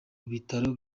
bitaro